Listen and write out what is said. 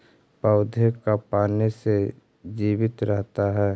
पौधा का पाने से जीवित रहता है?